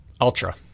Ultra